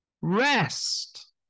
rest